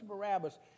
Barabbas